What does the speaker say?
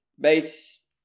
Bates